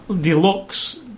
Deluxe